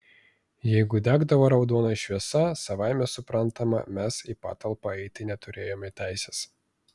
jeigu degdavo raudona šviesa savaime suprantama mes į patalpą eiti neturėjome teisės